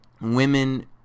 women